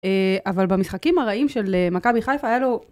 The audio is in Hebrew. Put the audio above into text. אבל במשחקים הרעים של מכבי חיפה היה לו...